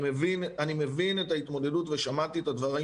אני מבין את ההתמודדות ושמעתי את הדברים